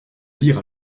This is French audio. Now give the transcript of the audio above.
lire